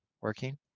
working